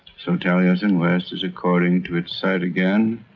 so taliesin west is according to its site again,